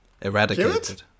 eradicated